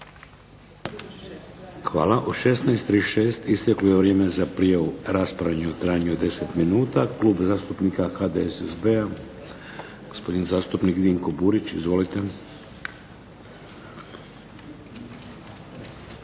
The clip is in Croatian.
Hvala. U 16,36 isteklo je vrijeme za prijavu rasprave u trajanju od 10 minuta. Klub zastupnika HDSSB-a gospodin zastupnik Dinko Burić. Izvolite.